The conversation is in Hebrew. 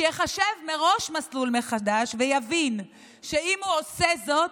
שייחשב מראש מסלול מחדש ויבין שאם הוא עושה זאת,